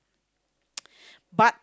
but